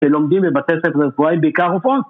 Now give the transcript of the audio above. ולומדים בבתי ספר רפואי בעיקר רופאות